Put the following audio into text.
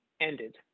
ended